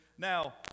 Now